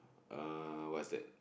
uh what's that